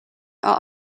are